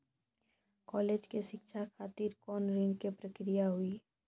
College के शिक्षा खातिर कौन ऋण के प्रक्रिया हुई?